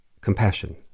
compassion